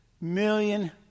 million